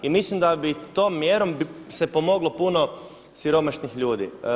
I mislim da bi tom mjerom se pomoglo puno siromašnih ljudi.